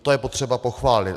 To je potřeba pochválit.